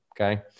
okay